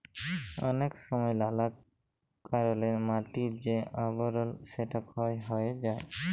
অলেক সময় লালা কারলে মাটির যে আবরল সেটা ক্ষয় হ্যয়ে যায়